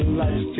life